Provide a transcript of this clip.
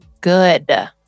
good